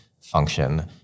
function